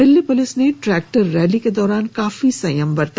Delhi police ने tractor rally के दौरान काफी संयम बरता